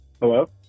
hello